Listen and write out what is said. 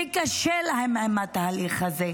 וקשה להם עם התהליך הזה.